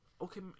okay